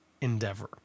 endeavor